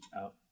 out